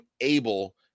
able